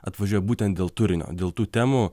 atvažiuoja būtent dėl turinio dėl tų temų